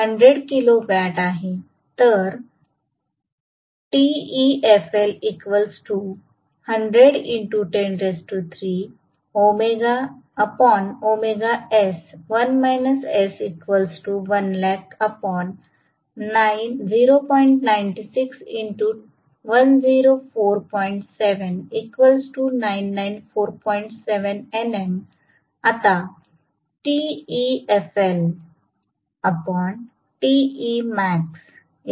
तर हे 100 kilowatt आहे